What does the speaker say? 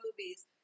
movies